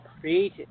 created